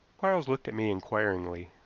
quarles looked at me inquiringly.